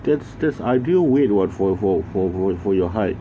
that's that's ideal weight what for for for for your height